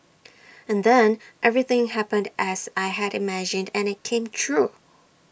and then everything happened as I had imagined IT and IT came true